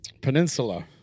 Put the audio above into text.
peninsula